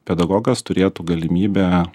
pedagogas turėtų galimybę